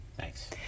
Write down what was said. Thanks